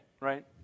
right